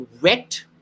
wet